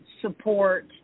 support